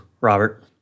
Robert